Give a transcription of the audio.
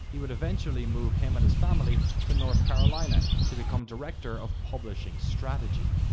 he would eventually move him and his family to north carolina, to become director of publishing strategy.